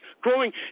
growing